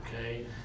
okay